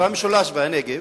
המשולש והנגב,